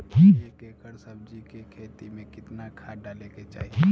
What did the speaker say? एक एकड़ सब्जी के खेती में कितना खाद डाले के चाही?